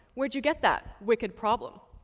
where did you get that wicked problem!